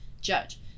Judge